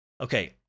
Okay